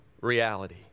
reality